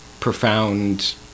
profound